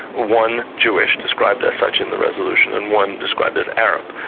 one jewish, described as such in the resolution, and one described as arab.